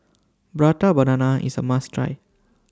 Prata Banana IS A must Try